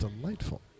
Delightful